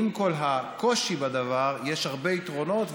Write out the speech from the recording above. עם כל הקושי בדבר יש הרבה יתרונות,